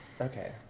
Okay